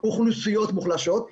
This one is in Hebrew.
אוכלוסיות מוחלשות,